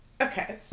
Okay